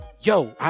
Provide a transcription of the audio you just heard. yo